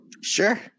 sure